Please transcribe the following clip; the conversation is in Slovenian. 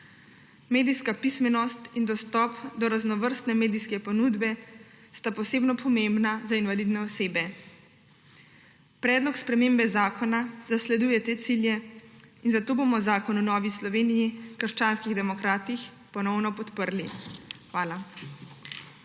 Medijska pismenost in dostop do raznovrstne medijske ponudbe sta posebno pomembna za invalidne osebe. Predlog spremembe zakona zasleduje te cilje in zato bomo zakon v Novi Sloveniji – krščanskih demokratih ponovno podprli. Hvala.